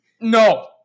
No